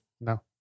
No